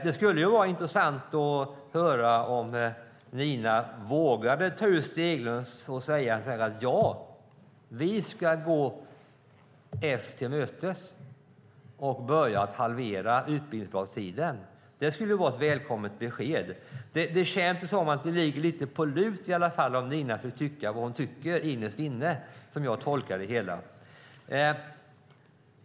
Det skulle vara intressant att höra om Nina vågar säga: Ja, vi ska gå S till mötes och börja halvera utbildningsbidragstiden. Det skulle vara ett välkommet besked. Det känns som om det ligger på lut, om Nina får säga vad hon tycker innerst inne.